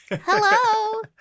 Hello